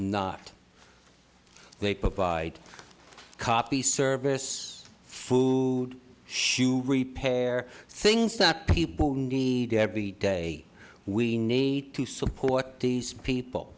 not they provide copy service food shoe repair things that people need every day we need to support these people